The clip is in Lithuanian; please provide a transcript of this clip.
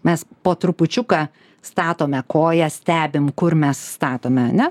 mes po trupučiuką statome koją stebim kur mes statome ane